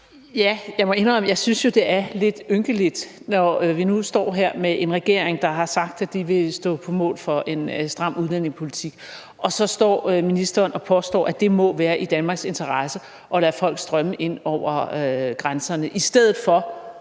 jeg synes, det er lidt ynkeligt, når nu vi står her med en regering, der har sagt, at de vil stå på mål for en stram udlændingepolitik, at ministeren så står og påstår, at det må være i Danmarks interesse at lade folk strømme ind over grænserne i stedet for